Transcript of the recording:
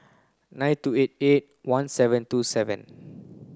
nine two eight eight one seven two seven